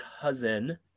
cousin